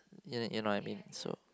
you know what I mean so